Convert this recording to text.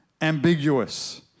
ambiguous